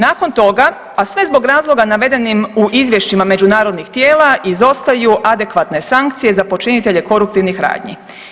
Nakon toga, a sve zbog razloga navedenim u izvješćima međunarodnih tijela izostaju adekvatne sankcije za počinitelje koruptivnih radnji.